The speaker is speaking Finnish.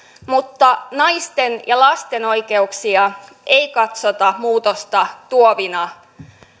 mutta naisten ja lasten oikeuksia ei katsota muutosta tuovina